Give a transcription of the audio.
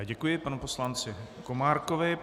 Děkuji panu poslanci Komárkovi.